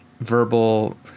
verbal